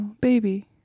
Baby